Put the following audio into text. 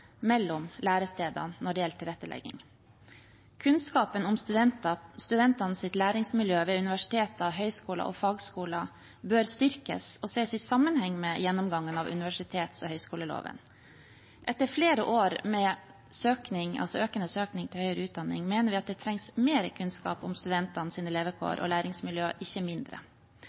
mellom lærestedene når det gjelder tilrettelegging. Kunnskapen om studentenes læringsmiljø ved universiteter, høyskoler og fagskoler bør styrkes og ses i sammenheng med gjennomgangen av universitets- og høyskoleloven. Etter flere år med økende antall søkere til høyere utdanning mener vi det trengs mer kunnskap om studentenes levekår og læringsmiljø, ikke mindre.